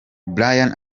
bryan